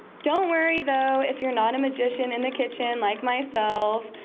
don't worry though if you're not a magician in the kitchen like myself.